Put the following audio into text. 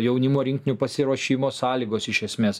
jaunimo rinktinių pasiruošimo sąlygos iš esmės